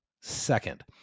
second